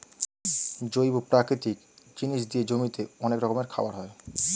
জৈব প্রাকৃতিক জিনিস দিয়ে জমিতে অনেক রকমের খাবার হয়